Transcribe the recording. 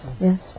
yes